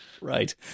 Right